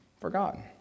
forgotten